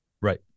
Right